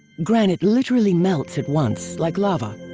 granite literally melts at once like lava.